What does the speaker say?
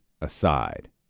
aside